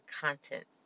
content